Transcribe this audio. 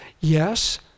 Yes